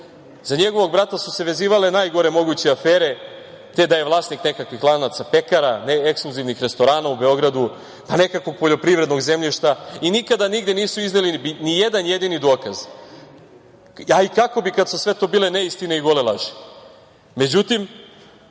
njegovog brata su se vezivale najgore moguće afere, te da je vlasnik nekakvih lanaca pekara, ekskluzivnih restorana u Beogradu, pa nekakvog poljoprivrednog zemljišta i nikada nigde nisu izneli ni jedan jedini dokaz, a i kako bi kad su sve to bile neistine i gole